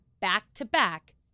back-to-back